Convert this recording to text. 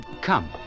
Come